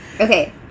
Okay